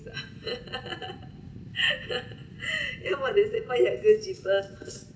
yeah but they say buy younger cheaper